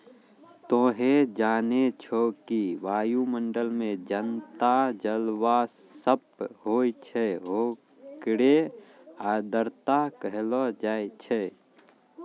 तोहं जानै छौ कि वायुमंडल मं जतना जलवाष्प होय छै होकरे आर्द्रता कहलो जाय छै